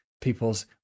people's